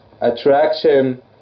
attraction